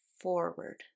forward